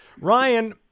Ryan